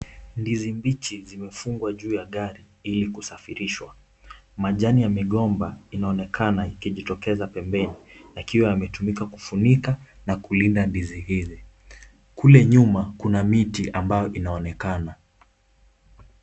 Ndizi mbichi zimefungwa juu ya gari ili kusafirishwa. Majani ya migomba inaonekana ikijitokeza pembeni, yakiwa yametumika kufunika na kulinda ndizi hizi. Kule nyuma kuna miti ambayo inaonekana.